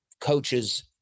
coaches